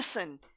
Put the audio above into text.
listen